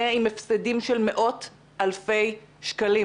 עם הפסדים של מאות אלפי שקלים.